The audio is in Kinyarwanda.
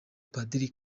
padiri